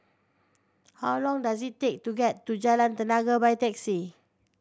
how long does it take to get to Jalan Tenaga by taxi